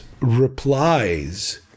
replies